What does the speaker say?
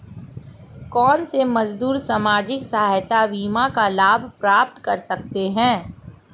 कौनसे मजदूर सामाजिक सहायता बीमा का लाभ प्राप्त कर सकते हैं?